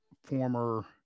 former